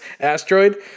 asteroid